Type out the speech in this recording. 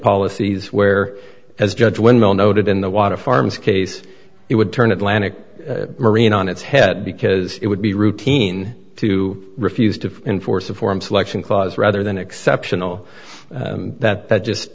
policies where as judge windmill noted in the water farms case it would turn atlantic marine on its head because it would be routine to refuse to enforce a form selection clause rather than exceptional that that just